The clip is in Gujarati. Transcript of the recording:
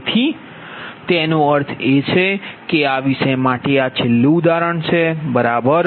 તેથી તેનો અર્થ એ છે કે આ વિષય માટે આ છેલ્લું ઉદાહરણ છે બરાબર